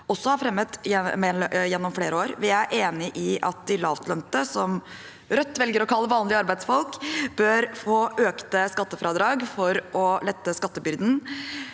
Vi er enig i at de lavtlønte, som Rødt velger å kalle vanlige arbeidsfolk, bør få økte skattefradrag for å lette skattebyrden,